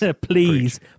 Please